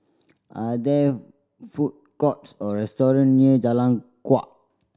are there food courts or restaurant near Jalan Kuak